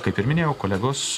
kaip ir minėjau kolegos